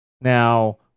Now